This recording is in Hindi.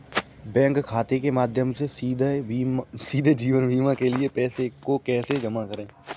बैंक खाते के माध्यम से सीधे जीवन बीमा के लिए पैसे को कैसे जमा करें?